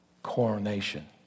coronation